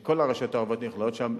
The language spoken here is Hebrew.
שכל הרשויות הערביות נכללות שם,